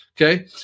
Okay